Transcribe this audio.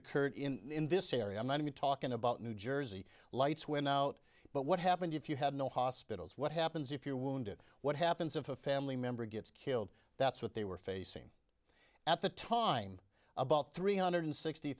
occurred in in this area many talking about new jersey lights went out but what happened if you had no hospitals what happens if you're wounded what happens if a family member gets killed that's what they were facing at the time about three hundred sixty